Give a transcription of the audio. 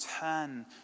turn